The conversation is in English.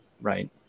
right